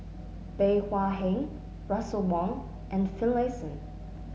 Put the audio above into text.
Bey Hua Heng Russel Wong and Finlayson